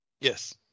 yes